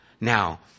Now